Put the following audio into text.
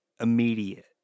immediate